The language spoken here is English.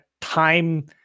time